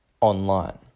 online